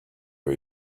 for